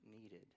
needed